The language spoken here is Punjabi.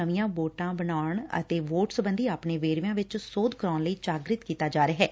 ਨਵੀਆਂ ਵੋਟਾਂ ਬਣਾਉਣ ਅਤੇ ਵੋਟ ਸਬੰਧੀ ਆਪਣੇ ਵੇਰਵਿਆਂ ਵਿਚ ਸੋਧ ਕਰਵਾਉਣ ਲਈ ਜਾਗ੍ਰਿਤ ਕੀਤਾ ਜਾ ਰਿਹੈ